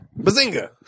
Bazinga